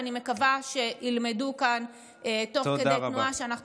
ואני מקווה שילמדו כאן תוך כדי תנועה שאנחנו